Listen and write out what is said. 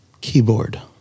Keyboard